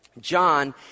John